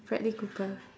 bradley cooper